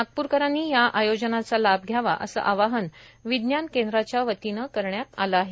नागपूरकरांनी या आयोजनाचा लाभ घ्यावा असं आवाहन विज्ञान केंद्राच्या वतीनं करण्यात आलं आहे